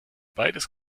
beides